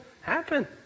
happen